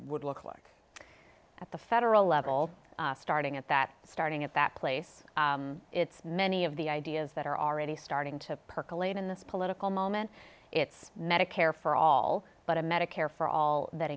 would look like at the federal level starting at that starting at that place it's many of the ideas that are already starting to percolate in this political moment it's medicare for all but a medicare for all that